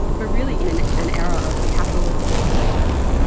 we are really in an an era of capitalist surveillance,